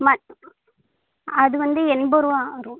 ம அதுவந்து எண்பதுருவா வரும்